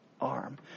arm